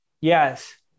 Yes